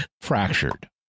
fractured